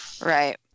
Right